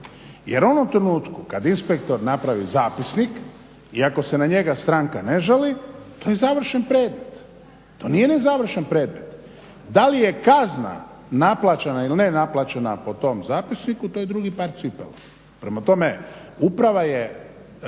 Jer u onom trenutku kad inspektor napravi zapisnik i ako se na njega stranka ne žali, to je završen predmet to nije ne završen predmet, da li je kazna naplaćena ili nenaplaćena po tom zapisniku, to je drugi par cipela. Prema tome uprava je